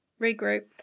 regroup